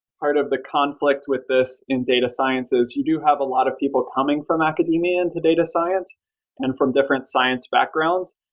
part of the conflict with this in data science is you do have a lot of people coming from academia into data science and from different science background.